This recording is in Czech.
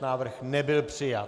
Návrh nebyl přijat.